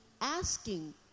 asking